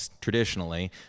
traditionally